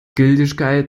gültigkeit